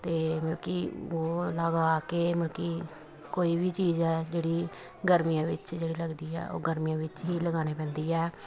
ਅਤੇ ਮਲਕੀ ਉਹ ਲਾ ਕੇ ਮਲਕੀ ਕੋਈ ਵੀ ਚੀਜ਼ ਹੈ ਜਿਹੜੀ ਗਰਮੀਆਂ ਵਿੱਚ ਜਿਹੜੀ ਲੱਗਦੀ ਆ ਉਹ ਗਰਮੀਆਂ ਵਿੱਚ ਹੀ ਲਗਾਉਣੀ ਪੈਂਦੀ ਆ